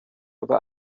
über